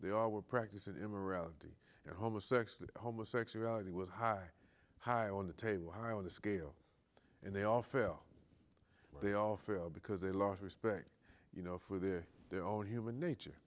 they all were practicing immorality and homosex that homosexuality was high high on the table high on the scale and they all fell they all fell because they lost respect you know for the their own human nature